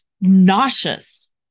nauseous